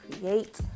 create